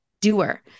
doer